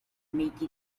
make